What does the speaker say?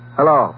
Hello